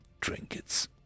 trinkets